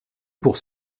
pour